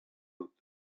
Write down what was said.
dut